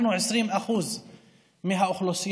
אנחנו 20% מהאוכלוסייה,